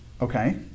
Okay